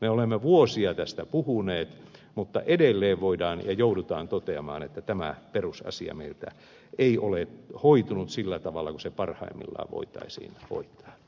me olemme vuosia tästä puhuneet mutta edelleen joudutaan toteamaan että tämä perusasia meiltä ei ole hoitunut sillä tavalla kuin se parhaimmillaan voitaisiin hoitaa